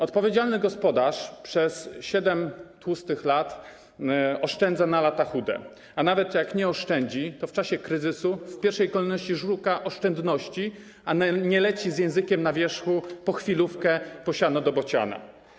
Odpowiedzialny gospodarz przez 7 tłustych lat oszczędza na lata chude, a nawet jak nie oszczędzi, to w czasie kryzysu w pierwszej kolejności szuka oszczędności, a nie leci z językiem na wierzchu po chwilówkę, po siano do Bociana.